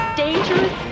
dangerous